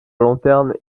lanterne